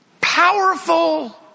powerful